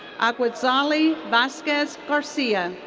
aquetzaly vasquez garcia.